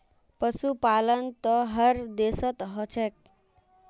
पशुपालन त हर देशत ह छेक